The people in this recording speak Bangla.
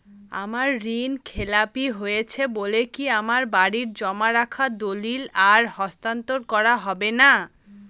আমার ঋণ খেলাপি হয়েছে বলে কি আমার বাড়ির জমা রাখা দলিল আর হস্তান্তর করা হবে না?